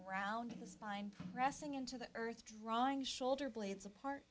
around the spine pressing into the earth drawing shoulder blades apart